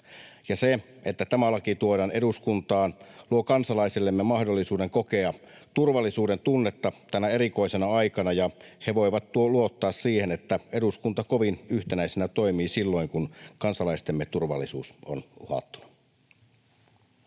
se, että tämä laki tuodaan eduskuntaan, luo kansalaisillemme mahdollisuuden kokea turvallisuudentunnetta tänä erikoisena aikana, ja he voivat luottaa siihen, että eduskunta kovin yhtenäisenä toimii silloin, kun kansalaistemme turvallisuus on uhattuna.